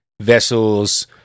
vessels